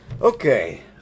Okay